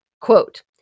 Quote